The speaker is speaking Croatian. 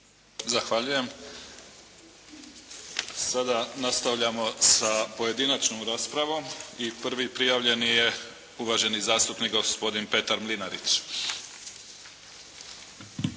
Zahvaljujem. Sada nastavljamo sa pojedinačnom raspravom. I prvi prijavljeni je uvaženi zastupnik gospodin Petar Mlinarić.